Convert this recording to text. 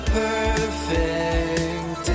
perfect